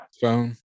phone